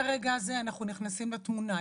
מהרגע הזה אנחנו נכסים לתמונה.